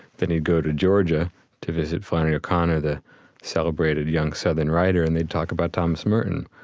then he'd go to georgia to visit flannery o'connor, the celebrated young southern writer, and they'd talk about thomas merton.